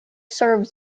serves